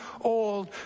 old